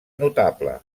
notable